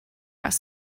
press